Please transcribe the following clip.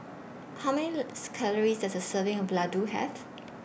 How Many Calories Does A Serving of Laddu Have